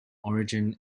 origin